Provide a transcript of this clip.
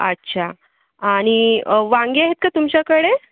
अच्छा आणि वांगे आहेत का तुमच्याकडे